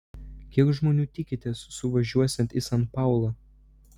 kiek žmonių tikitės suvažiuosiant į san paulą